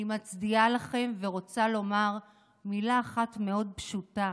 אני מצדיעה לכם ורוצה לומר מילה אחת מאוד פשוטה